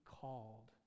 called